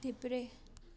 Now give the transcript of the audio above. देब्रे